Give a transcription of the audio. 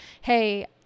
hey